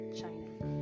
China